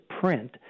print